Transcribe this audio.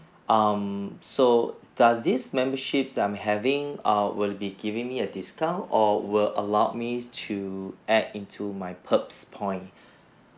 um so does this membership that I'm having err will be giving me a discount or will allow me to add into my perks point